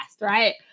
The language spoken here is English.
right